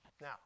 Now